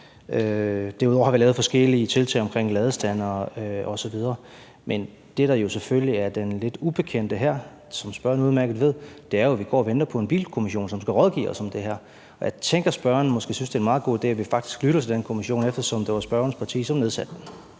Derudover har vi lavet forskellige tiltag omkring ladestandere osv. Det, der selvfølgelig er den lidt ubekendte her, hvilket spørgeren udmærket ved, er jo, at vi går og venter på en bilkommission, som skal rådgive os om det her. Jeg tænker, at spørgeren måske synes, det er en meget god idé, at vi faktisk lytter til den kommission, eftersom det var spørgerens parti, som nedsatte den.